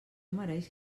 mereix